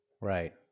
Right